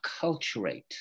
acculturate